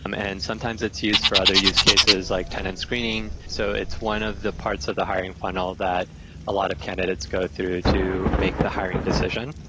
um and sometimes it's used for other use cases, like tenant screening. so it's one of the parts of the hiring funnel that a lot of candidates go through to make the hiring decision.